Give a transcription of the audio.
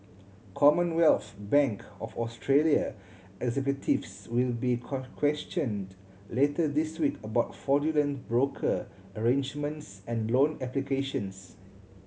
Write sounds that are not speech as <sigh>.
Commonwealth Bank of Australia executives will be <unintelligible> questioned later this week about fraudulent broker arrangements and loan applications